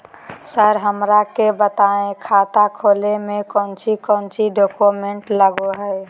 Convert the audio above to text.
Sir हमरा के बताएं खाता खोले में कोच्चि कोच्चि डॉक्यूमेंट लगो है?